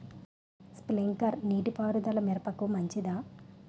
Sprinkler నీటిపారుదల మిరపకు మంచిదా?